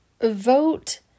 vote